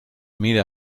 mida